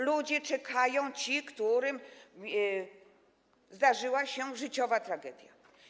Ludzie czekają - ci, którym zdarzyła się życiowa tragedia.